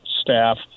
staff